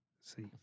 See